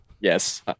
yes